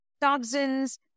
toxins